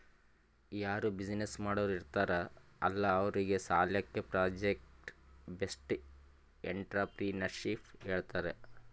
ಯಾರೂ ಬಿಸಿನ್ನೆಸ್ ಮಾಡೋರ್ ಇರ್ತಾರ್ ಅಲ್ಲಾ ಅವ್ರಿಗ್ ಸಾಲ್ಯಾಕೆ ಪ್ರೊಜೆಕ್ಟ್ ಬೇಸ್ಡ್ ಎಂಟ್ರರ್ಪ್ರಿನರ್ಶಿಪ್ ಹೇಳ್ತಾರ್